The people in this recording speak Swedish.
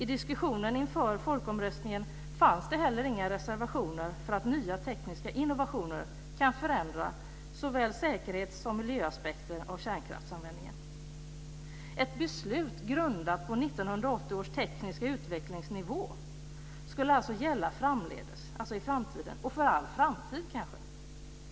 I diskussionen inför folkomröstningen fanns det heller inga reservationer för att nya tekniska innovationer kan förändra såväl säkerhets som miljöaspekter av kärnkraftsanvändningen. Ett beslut grundat på 1980 års tekniska utvecklingsnivå skulle alltså gälla framdeles, kanske för all framtid.